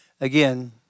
Again